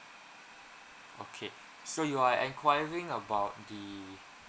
okay so you are enquiring about the